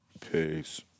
Peace